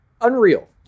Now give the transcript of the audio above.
Unreal